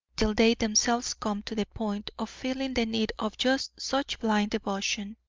till they themselves come to the point of feeling the need of just such blind devotion.